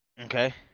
Okay